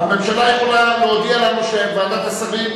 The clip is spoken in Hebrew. הממשלה יכולה להודיע לנו שוועדת השרים,